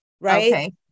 right